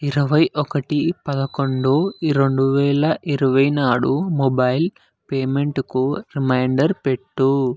ఇరవై ఒకటి పదకొండు రెండువేల ఇరవై నాడు మొబైల్ పేమెంటుకు రిమైండర్ పెట్టు